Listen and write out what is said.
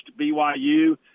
BYU